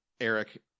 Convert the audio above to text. Eric